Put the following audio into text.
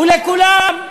הוא לכולם.